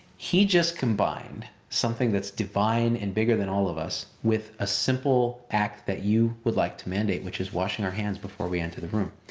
he just combined something that's divine and bigger than all of us with a simple act that you would like to mandate, which is washing our hands before we enter the room.